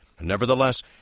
Nevertheless